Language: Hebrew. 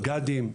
מג"דים,